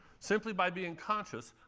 simply by being conscious,